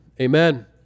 Amen